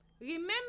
Remember